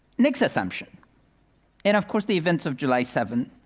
next assumption and of course the events of july seven,